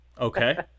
Okay